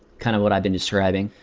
kind of what i've been describing.